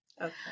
Okay